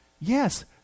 Yes